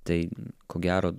tai ko gero